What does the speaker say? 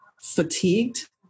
fatigued